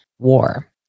war